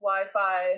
Wi-Fi